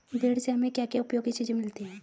भेड़ से हमें क्या क्या उपयोगी चीजें मिलती हैं?